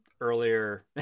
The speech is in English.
earlier